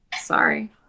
Sorry